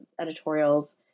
editorials